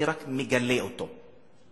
אני רק מגלה אותו,